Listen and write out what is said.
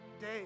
Day